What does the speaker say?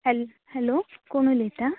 हॅल हॅलो कोण उलयता